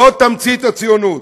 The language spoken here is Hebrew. זו תמצית הציונות,